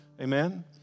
Amen